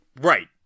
Right